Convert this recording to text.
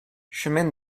chemin